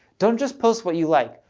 don't just post what you like.